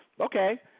Okay